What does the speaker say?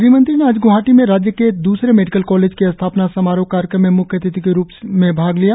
गृह मंत्री ने आज ग्वाहाटी में राज्य के द्रसरे मेडिकल कॉलेज की स्थापना समारोह कार्यक्रम में मुख्य अतिथि के रूप में भाग लिया